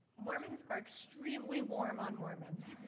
mormons are extremely warm on mormons.